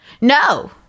No